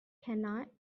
cannot